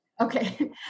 Okay